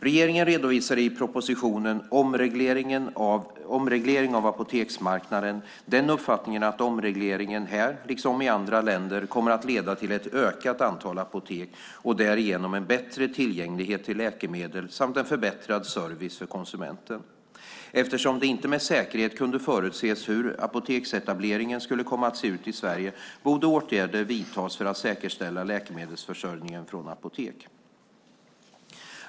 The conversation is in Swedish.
Regeringen redovisade i propositionen Omreglering av apoteksmarknaden uppfattningen att omregleringen här, liksom i andra länder, kommer att leda till ett ökat antal apotek och därigenom en bättre tillgänglighet till läkemedel samt en förbättrad service för konsumenten. Eftersom det inte med säkerhet kunde förutses hur apoteksetableringen skulle komma att se ut i Sverige borde åtgärder vidtas för att säkerställa läkemedelsförsörjningen från apotek.